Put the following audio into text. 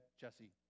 Jesse